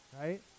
Right